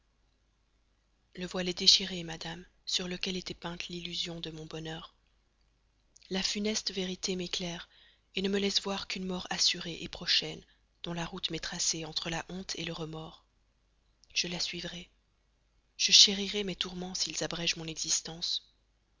le voile est déchiré madame sur lequel était peinte l'illusion de mon bonheur la funeste vérité m'éclaire ne me laisse voir qu'une mort assurée prochaine dont la route m'est tracée entre la honte le remords je la suivrai je chérirai mes tourments s'ils abrègent mon existence